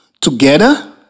together